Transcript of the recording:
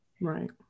Right